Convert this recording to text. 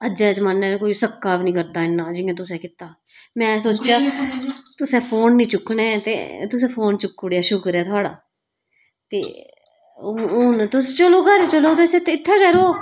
अज्ज दे जमाने च कोई सक्का बी नेईं करदा इन्ना जिन्ना तुसें कीता में सोचेआ तुसें फोन नेंई चुकना ऐ ते तुसे फोन चुक्की छोड़ेआ शुकर ऐ तुआढ़ा ते हून तुस घर चलो ते इत्थै गै र'बो